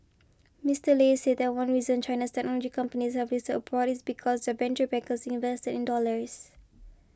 Mister Lei said that one reason China's technology companies have abroad is because their venture backers invested in dollars